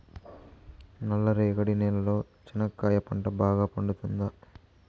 నల్ల రేగడి నేలలో చెనక్కాయ పంట బాగా పండుతుందా?